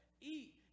Eat